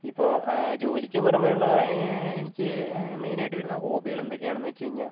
ഇപ്പോൾ ജോലിക്ക് പുറമെയുള്ള എനിക്ക് മെയിൻ ആയിട്ട് വരുന്ന ഹോബികൾ എന്തൊക്കെയാണെന്ന് വെച്ച് കഴിഞ്ഞാൽ